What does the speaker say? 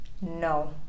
No